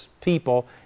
people